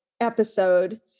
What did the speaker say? episode